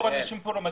יש